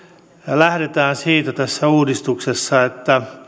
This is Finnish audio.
lähdetään siitä tässä uudistuksessa että